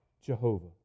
Jehovah